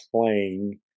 playing